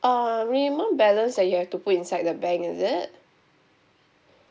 uh minimum balance that you have to put inside the bank is it